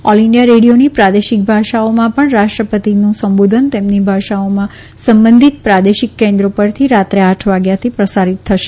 all India રેડીયોની પ્રાદેશિક ભાષાઓમાં પણ રાષ્ટ્રપતિનું સંબોધન તેમની ભાષાઓમાં સંબંધિત પ્રાદેશિક કેન્દ્રો પરથી રાત્રે આઠ વાગ્યાથી પ્રસારિત થશે